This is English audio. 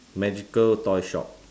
magical toy shop